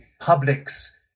public's